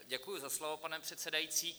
Děkuji za slovo, pane předsedající.